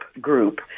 group